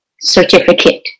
certificate